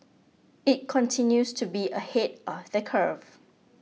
it continues to be ahead of the curve